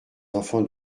enfants